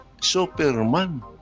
Superman